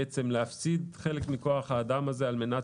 בעצם להפסיד חלק מכוח האדם הזה על מנת